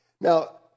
Now